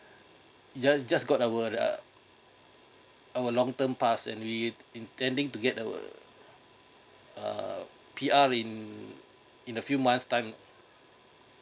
just just got our uh our long term pass and we intending to get our err P_R in in a few months time